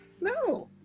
No